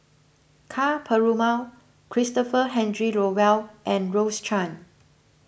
Ka Perumal Christopher Henry Rothwell and Rose Chan